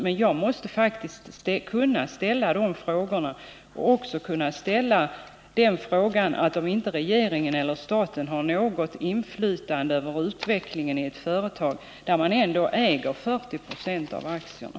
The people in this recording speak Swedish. Men jag måste faktiskt kunna ställa dessa frågor och även frågan om huruvida varken staten eller regeringen har något inflytande över utvecklingen i ett företag där staten ändå äger 40 90 av aktierna.